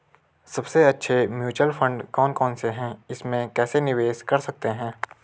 सबसे अच्छे mutual fund कौन कौनसे हैं इसमें कैसे निवेश कर सकते हैं?